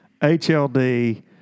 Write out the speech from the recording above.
HLD